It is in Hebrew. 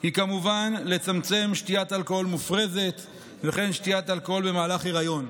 היא כמובן לצמצם שתיית אלכוהול מופרזת וכן שתיית אלכוהול במהלך היריון.